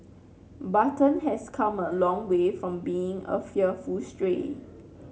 button has come a long way from being a fearful stray